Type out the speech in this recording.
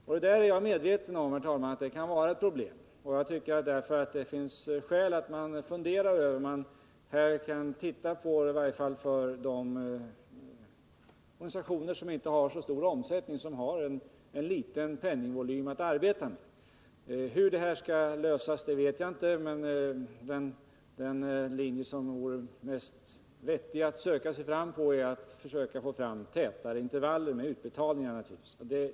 Jag är, herr talman, medveten om att detta kan vara ett problem. Jag tycker därför att det finns skäl att fundera över att i varje fall se på de organisationer som inte har stor omsättning och som bara har en liten penningvolym att arbeta med. Hur problemet skall lösas vet jag inte, men den väg som det förefaller vettigast att söka sig fram på är att försöka få tätare intervaller mellan 31 utbetalningarna.